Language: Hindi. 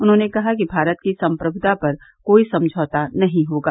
उन्होंने कहा कि भारत की संप्रभुता पर कोई समझौता नहीं होगा